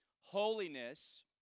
Holiness